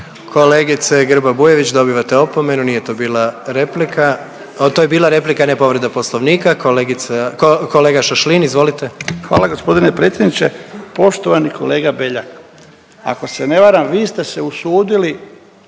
Kolegice Grba Bujević dobivate opomenu, nije to bila replika, to je bila replika ne povreda Poslovnika. Kolegica, kolega Šašlin, izvolite. **Šašlin, Stipan (HDZ)** Hvala gospodine predsjedniče. Poštovani kolega Beljak, ako se ne varam vi ste se usudili